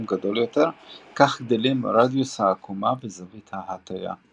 גדול יותר כך גדלים רדיוס העקומה וזווית ההטייה.